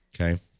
Okay